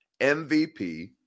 MVP